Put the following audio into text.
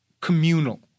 communal